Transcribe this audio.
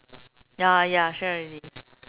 ya ya share already